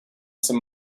some